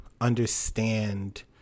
understand